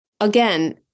again